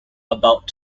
about